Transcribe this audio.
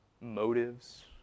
motives